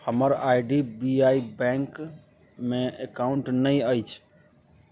हमर I D B I बैँकमे account नहि अछि